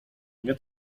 nie